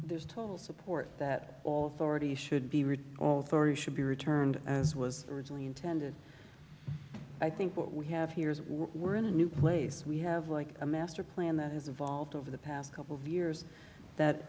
there's total support that all already should be read all three should be returned as was originally intended i think what we have here is we're in a new place we have like a master plan that has evolved over the past couple of years that